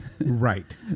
Right